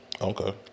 Okay